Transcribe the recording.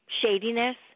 shadiness